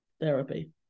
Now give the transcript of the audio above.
therapy